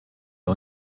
der